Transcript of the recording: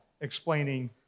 explaining